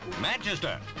Manchester